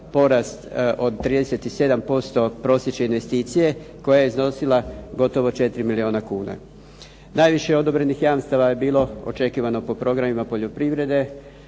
od 37% prosječne investicije koja je iznosila gotovo 4 milijuna kuna. Najviše odobrenih jamstava je bilo očekivano po programima poljoprivrede,